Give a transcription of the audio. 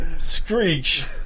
Screech